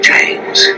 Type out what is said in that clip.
James